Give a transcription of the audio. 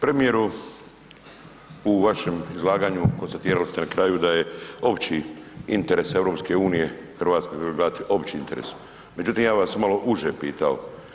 Premijeru u vašem izlaganju konstatirali ste na kraju da je opći interes EU Hrvatske … opći interes, međutim ja bih vas malo uže pitao.